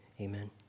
amen